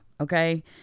Okay